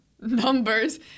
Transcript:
numbers